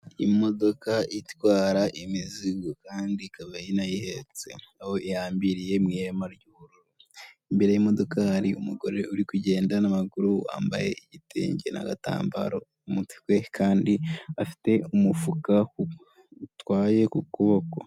Imodoka itwara imizigo kandi ikaba yayihetse, aho ihambiriye mu ihema ry'ubururu imbere y'modoka hari umugore uri kugenda n'amaguru wambaye igitenge n'agatambaro umutwe kandi afite umufuka utwaye ku kuboko.